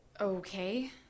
Okay